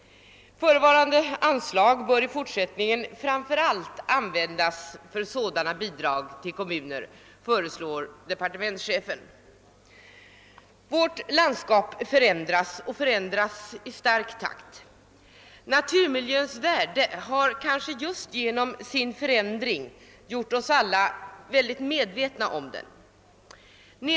Förevarande anslag bör i fortsättningen framför allt användas för sådana bidrag till kommuner, föreslår departementschefen. Vårt landskap förändras i snabb takt. På grund av denna förändring har vi alla blivit mycket medvetna om naturmiljöns värde.